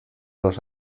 nos